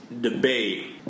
debate